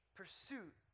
pursuit